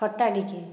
ଖଟା ଟିକେ